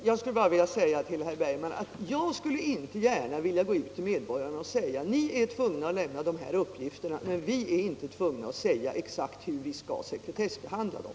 Herr talman! Jag vill bara säga till herr Bergman i Göteborg att jag inte gärna skulle vilja gå ut till medborgarna och säga: Ni är tvungna att lämna dessa uppgifter, men vi är inte tvungna att säga exakt hur vi skall sekretessbehandla dem.